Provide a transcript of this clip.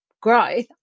growth